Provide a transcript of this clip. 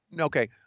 Okay